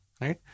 right